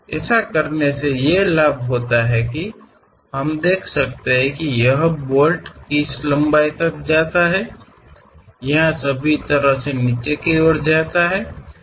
ऐसा करने से यह लाभ होता है हम देख सकते हैं कि यह बोल्ट किस लंबाई तक जा सकता है यहाँ यह सभी तरह से नीचे जाता है